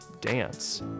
dance